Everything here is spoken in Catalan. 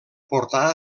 portar